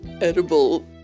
edible